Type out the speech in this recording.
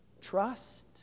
trust